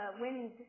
wind